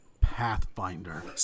Pathfinder